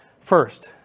first